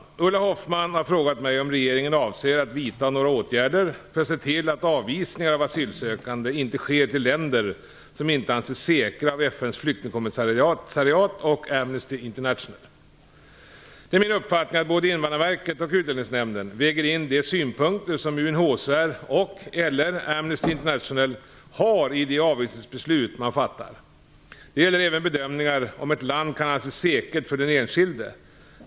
Herr talman! Ulla Hoffmann har frågat mig om regeringen avser att vidta några åtgärder för att se till att avvisningar av asylsökande inte sker till länder som inte anses säkra av FN:s flyktingkommissariat och Amnesty International. Det är min uppfattning att både Invandrarverket och Utlänningsnämnden väger in de synpunkter som UNHCR och/eller Amnesty International har i de avvisningsbeslut man fattar. Det gäller även bedömningar om ett land kan anses säkert för den enskilde.